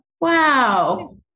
Wow